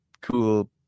cool